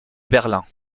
berlin